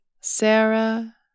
Sarah